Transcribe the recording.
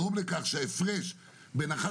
בגלל שההיצע גם יגרום לכך שההפרש בין אחת